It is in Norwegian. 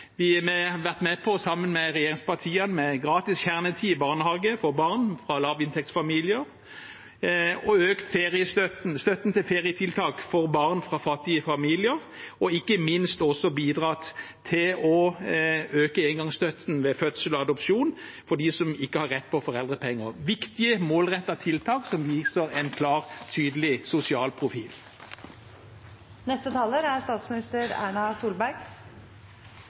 Vi har, sammen med de andre regjeringspartiene, vært med på å innføre gratis kjernetid i barnehagen for barn fra lavinntektsfamilier. Vi har også økt støtten til ferietiltak for barn fra fattige familier. Ikke minst har vi også bidratt til å øke engangsstøtten ved fødsel og adopsjon til dem som ikke har rett på foreldrepenger. Dette er viktige og målrettede tiltak som viser en klar og tydelig sosial